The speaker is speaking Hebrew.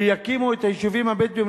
ויקימו את היישובים הבדואיים,